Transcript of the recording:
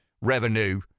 revenue